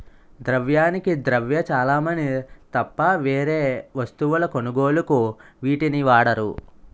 ద్రవ్యానికి ద్రవ్య చలామణి తప్ప వేరే వస్తువుల కొనుగోలుకు వీటిని వాడరు